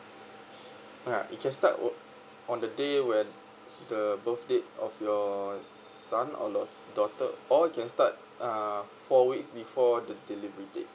uh you can start wor~ on the day when the birth date of your son or daughter or you can start uh four weeks before the delivery date